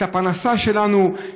את הפרנסה שלנו,